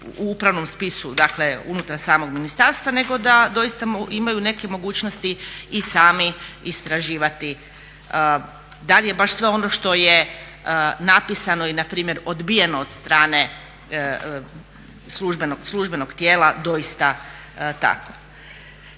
u upravnom spisu unutar samog ministarstva nego da doista imaju neke mogućnosti i sami istraživati da li je baš sve ono što je napisano i npr. odbijeno od strane službenog tijela doista tako.